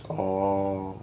orh